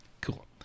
cool